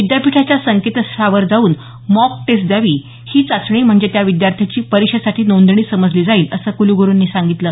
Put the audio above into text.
विद्यापीठाच्या संकेतस्थळावर जाऊन मॉक टेस्ट द्यावी ही चाचणी म्हणजे त्या विद्यार्थ्याचं परीक्षेसाठी नोंदणी समजली जाईल असं कुलगुरूंनी सांगितलं